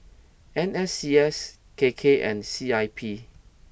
N S C S K K and C I P